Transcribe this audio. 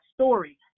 story